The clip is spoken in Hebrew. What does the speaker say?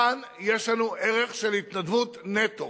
כאן יש לנו ערך של התנדבות נטו.